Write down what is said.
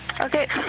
Okay